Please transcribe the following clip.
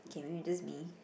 okay maybe it's just me